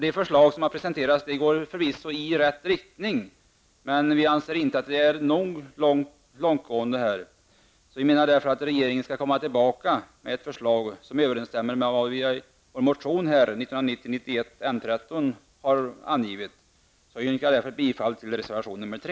De förslag som har presenterats går förvisso i rätt riktning. Vi anser emellertid att de inte är tillräckligt långtgående. Vi menar därför att regeringen skall komma tillbaka med ett förslag som överensstämmer med vad vi har angivit i vår motion 1990/91:N13. Jag yrkar därför bifall till reservation 3.